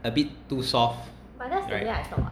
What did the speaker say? a bit too soft